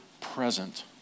present